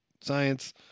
science